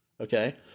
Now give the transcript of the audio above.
Okay